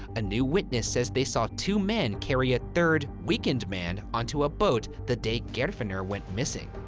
a new witness says they saw two men carry a third, weakened man onto a boat the day geirfinnur went missing.